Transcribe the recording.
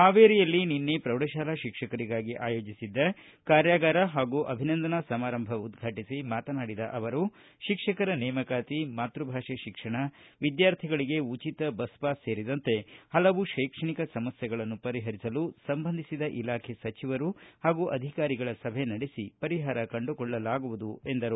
ಹಾವೇರಿಯಲ್ಲಿ ನಿನ್ನೆ ಪ್ರೌಢಶಾಲಾ ಶಿಕ್ಷಕರಿಗಾಗಿ ಆಯೋಜಿಸಿದ್ದ ಕಾರ್ಯಾಗಾರ ಹಾಗೂ ಅಭಿನಂದನಾ ಸಮಾರಂಭ ಉದ್ಘಾಟಿಸಿ ಮಾತನಾಡಿದ ಅವರು ಶಿಕ್ಷಕರ ನೇಮಕಾತಿ ಮಾತೃಭಾಷೆ ಶಿಕ್ಷಣ ವಿದ್ವಾರ್ಥಿಗಳಿಗೆ ಉಚಿತ ಬಸ್ ಪಾಸ್ ಸೇರಿದಂತೆ ಹಲವು ಶೈಕ್ಷಣಿಕ ಸಮಸ್ಥೆಗಳನ್ನು ಪರಿಹರಿಸಲು ಸಂಬಂಧಿಸಿದ ಇಲಾಖೆ ಸಚಿವರು ಹಾಗೂ ಅಧಿಕಾರಿಗಳ ಸಭೆ ನಡೆಸಿ ಪರಿಹಾರ ಕಂಡುಕೊಳ್ಳಲಾಗುವುದು ಎಂದರು